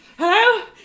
Hello